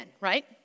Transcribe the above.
right